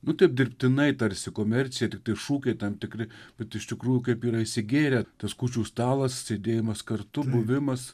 nu taip dirbtinai tarsi komercija tiktai šūkiai tam tikri bet iš tikrųjų kaip yra įsigėrę tas kūčių stalas sėdėjimas kartu buvimas